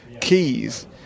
keys